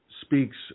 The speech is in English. speaks